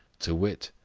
to wit,